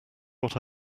what